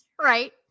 Right